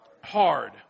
Hard